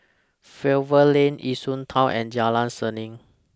Fernvale Lane Yishun Town and Jalan Seni